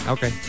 Okay